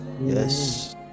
Yes